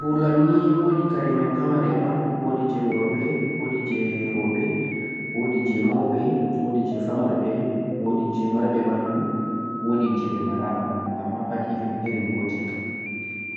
karen buularnei, woodi karen mei pamari o'n, woodi jee woorbe, woodi jee rewbe, woodi jee maube, woodi je pamaribe, woodi jee marbe banduu, woodi jee beraa banduu amma pad irin gotel